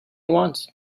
want